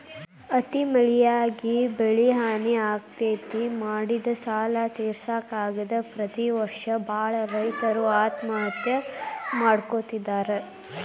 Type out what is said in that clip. ಅತಿ ಮಳಿಯಾಗಿ ಬೆಳಿಹಾನಿ ಆಗ್ತೇತಿ, ಮಾಡಿದ ಸಾಲಾ ತಿರ್ಸಾಕ ಆಗದ ಪ್ರತಿ ವರ್ಷ ಬಾಳ ರೈತರು ಆತ್ಮಹತ್ಯೆ ಮಾಡ್ಕೋತಿದಾರ